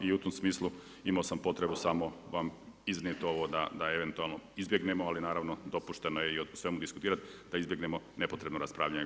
I u tom smislu imao sam potrebu samo vam iznijet ovo da eventualno izbjegnemo, ali naravno dopušteno je o svemu diskutirati, da izbjegnemo nepotrebno raspravljanje.